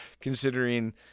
considering